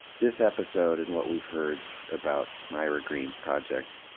this episode and what we've heard about myra green's project,